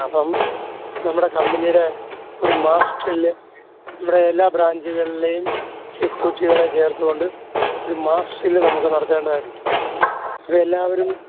അപ്പോള് നമ്മുടെ കമ്പനിയുടെ ഒരു മാസ് ഡ്രില് നമ്മുടെ എല്ലാ ബ്രാഞ്ചുകളിലേയും സെക്യൂരിറ്റികളെ ചേർത്തുകൊണ്ട് ഒരു മാസ് ഡ്രില് നമുക്ക് നടത്തേണ്ടതായിട്ടുണ്ട് അപ്പോഴെല്ലാവരും